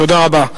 תודה רבה.